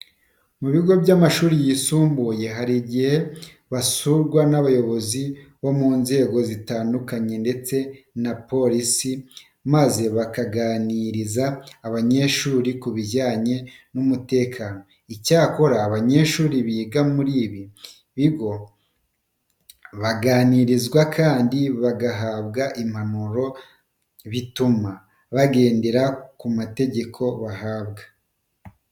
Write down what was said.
Mu bigo by'amashuri yisumbuye hari igihe basurwa n'abayobozi mu nzego zitandukanye ndetse n'abapolisi maze bakaganiriza abanyeshuri ku bijyanye n'umutekano. Icyakora iyo abanyeshuri biga muri ibi bigo baganirizwa kandi bagahabwa impanuro, bituma bagendera ku mategeko bahabwa.